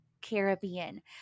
Caribbean